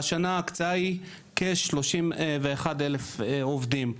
והשנה ההקצאה היא כ-31,000 עובדים.